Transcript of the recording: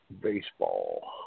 baseball